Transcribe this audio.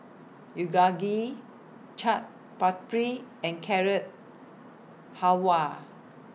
Chaat Papri and Carrot Halwa